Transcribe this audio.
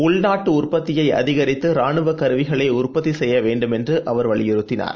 உள்நாட்டுஉற்பத்தியைஅதிகரித்தரானுவகருவிகளைஉற்பத்திசெய்யவேண்டும் என்றுஅவர் வலியுறுத்தினார்